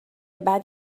بعد